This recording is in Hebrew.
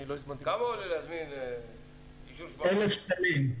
1,000 שקלים.